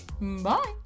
Bye